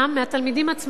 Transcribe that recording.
מהתלמידים עצמם,